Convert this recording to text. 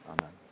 Amen